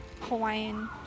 Hawaiian